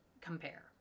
compare